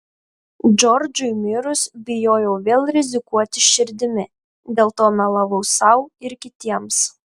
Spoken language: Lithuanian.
džordžui mirus bijojau vėl rizikuoti širdimi dėl to melavau sau ir kitiems